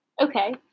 Okay